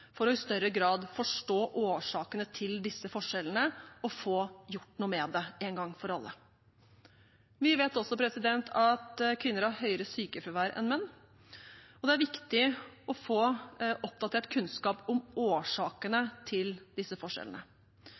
for i større grad å forstå årsakene til disse forskjellene og få gjort noe med det en gang for alle. Vi vet også at kvinner har høyere sykefravær enn menn. Det er viktig å få oppdatert kunnskap om årsakene til disse forskjellene.